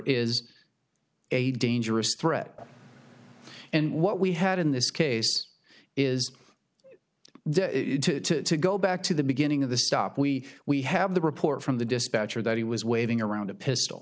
is a dangerous threat and what we had in this case is to go back to the beginning of the stop we we have the report from the dispatcher that he was waving around a pistol